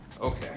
Okay